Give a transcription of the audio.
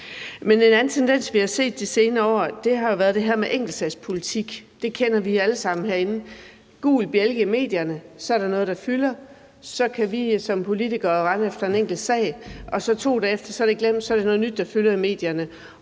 Men en anden tendens, vi har set de senere år, har været det her med enkeltsagspolitik, som vi alle sammen herinde kender. Der kommer en gul bjælke i medierne, der er noget, der fylder, og så kan vi som politikere rende efter en enkelt sag – og 2 dage efter er det glemt, og så er det noget nyt, der fylder i medierne.